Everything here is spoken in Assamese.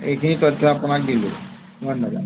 এইখিনি তথ্য আপোনাক দিলো ধন্যবাদ